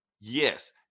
Yes